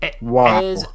Wow